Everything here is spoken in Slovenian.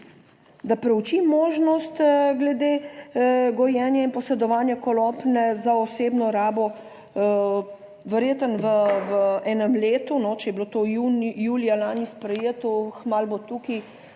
da preuči možnost glede gojenja in posedovanja konoplje za osebno rabo verjetno v enem letu, če je bilo to julija lani sprejeto, kmalu bo tukaj,